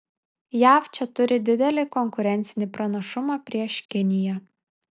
jav čia turi didelį konkurencinį pranašumą prieš kiniją